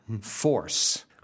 Force